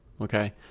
Okay